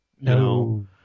No